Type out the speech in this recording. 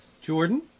Jordan